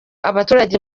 abaturage